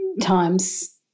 times